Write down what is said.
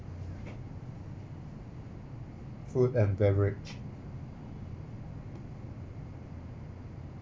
food and beverage